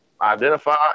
Identify